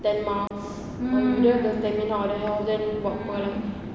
ten miles when you don't have the stamina or the health then buat apa lah